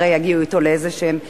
הרי יגיעו אתו לדין ודברים,